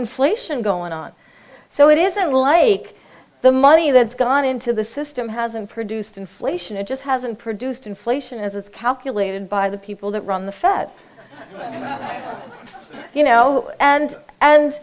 inflation going on so it isn't like the money that's gone into the system hasn't produced inflation it just hasn't produced inflation as it's calculated by the people that run the fed you know and and